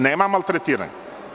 Nema maltretiranja.